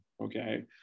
okay